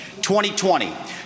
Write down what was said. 2020